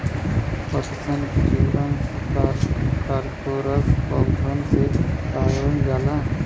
पटसन genus Corchorus पौधन से पावल जाला